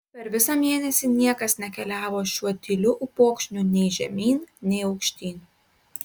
per visą mėnesį niekas nekeliavo šiuo tyliu upokšniu nei žemyn nei aukštyn